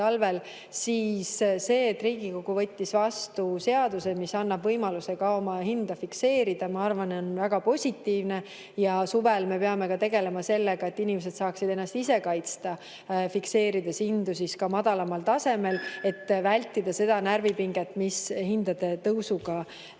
See, et Riigikogu võttis vastu seaduse, mis annab võimaluse ka oma hinda fikseerida, ma arvan, on väga positiivne. Ja suvel me peame tegelema sellega, et inimesed saaksid ennast ise kaitsta, fikseerides hindu ka madalamal tasemel, et vältida seda närvipinget, mis hindade tõusuga